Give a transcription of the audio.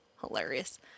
Hilarious